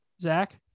Zach